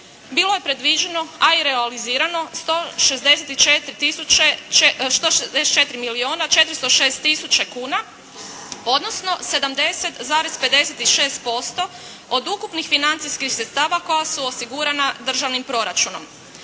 bilo je predviđeno, a i realizirano 164 milijuna 406 tisuća kuna odnosno 70,56% od ukupnih financijskih sredstava koja su osigurana državnim proračunom.